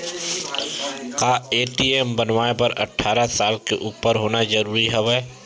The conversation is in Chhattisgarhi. का ए.टी.एम बनवाय बर अट्ठारह साल के उपर होना जरूरी हवय?